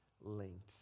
linked